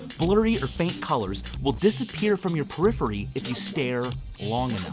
blurry, or faint colors will disappear from your periphery if you stare long enough.